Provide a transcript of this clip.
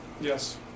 Yes